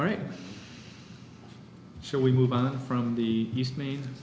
right so we move on from the east ma